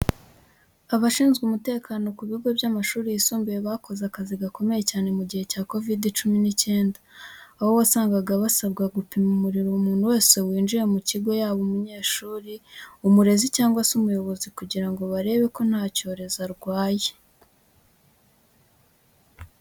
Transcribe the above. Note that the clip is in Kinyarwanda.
Abashinzwe umutekano ku bigo by'amashuri yisumbuye bakoze akazi gakomeye cyane mu gihe cya kovid cumi n'icyenda, aho wasangaga barasabwaga gupima umuriro umuntu wese winjiye mu kigo yaba umunyeshuri, umurezi cyangwa se umuyobozi kugira ngo barebe ko nta cyorezo arwaye.